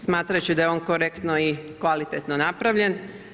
Smatrat će da je on korektno i kvalitetno napravljen.